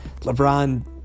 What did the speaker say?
LeBron